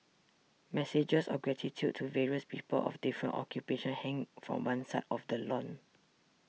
messages of gratitude to various people of different occupations hang from one side of the lawn